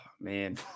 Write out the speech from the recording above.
man